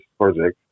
project